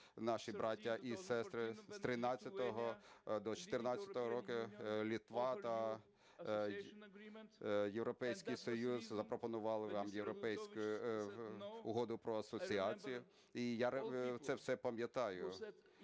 наші браття і сестри. З 13-го до 14-го року Литва та Європейський Союз запропонували вам європейську Угоду про асоціацію. І я це все пам'ятаю.